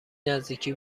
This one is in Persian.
نزدیکی